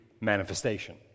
manifestation